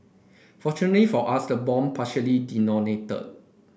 fortunately for us the bomb partially detonated